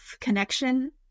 connection